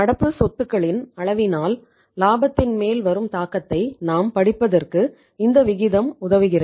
நடப்பு சொத்துக்களின் அளவினால் லாபத்தின் மேல் வரும் தாக்கத்தை நாம் படிப்பதற்கு இந்த விகிதம் உதவுகிறது